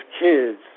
kids